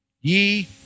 Ye